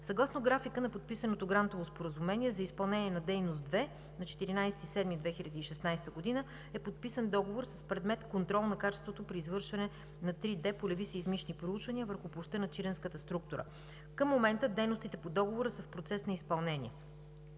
Съгласно графика на подписаното грантово споразумение за изпълнение на дейност 2 на 14 юли 2016 г. е подписан договор с предмет контрол на качеството при извършване на 3D полеви сеизмични проучвания върху площта на чиренската структура. Към момента дейностите по договора са в процес на изпълнение.